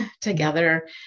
together